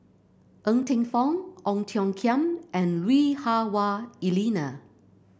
Ng Teng Fong Ong Tiong Khiam and Lui Hah Wah Elena